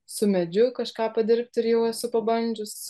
su medžiu kažką padirbt ir jau esu pabandžius